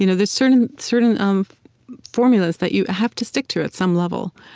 you know there's certain certain um formulas that you have to stick to, at some level,